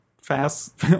fast